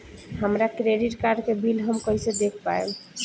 हमरा credit card के bill हम कइसे देख पाएम?